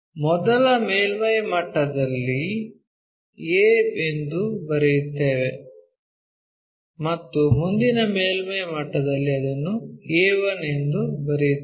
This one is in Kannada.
ಮೊದಲ ಮೇಲ್ಮೈ ಮಟ್ಟದಲ್ಲಿ a ಎಂದು ಬರೆಯುತ್ತೇವೆ ಮತ್ತು ಮುಂದಿನ ಮೇಲ್ಮೈ ಮಟ್ಟದಲ್ಲಿ ಅದನ್ನು a1 ಎಂದು ಬರೆಯುತ್ತೇವೆ